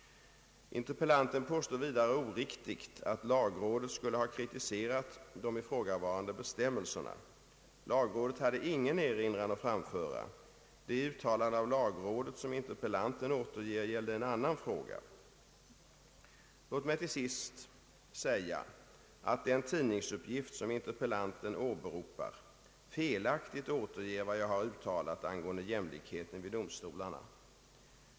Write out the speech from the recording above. Interpellanten påstår vidare oriktigt att lagrådet skulle ha kritiserat de ifrågavarande bestämmelserna. Lagrådet hade ingen erinran att framföra. Det uttalande av lagrådet som interpellanten återger gällde en annan fråga. Låt mig till sist säga att den tidningsuppgift som interpellanten åberopar felaktigt återger vad jag har uttalat angående jämlikhet vid domstolarna.